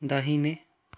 दाहिने